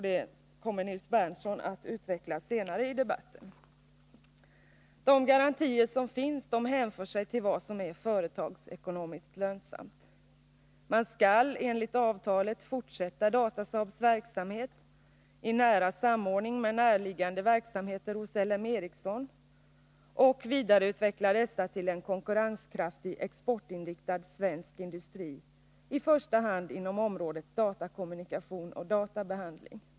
Det kommer Nils Berndtson att utveckla senare i debatten. De garantier som finns hänförs till vad som är företagsekonomiskt lönsamt. Man skall enligt avtalet fortsätta Datasaabs verksamhet i nära samordning med närliggande verksamheter hos L M Ericsson och vidareutveckla dessa till en konkurrenskraftig exportinriktad svensk industri i första hand inom området datakommunikation och databehandling.